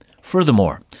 Furthermore